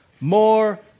more